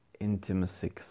intimacy